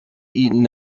eaten